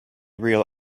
real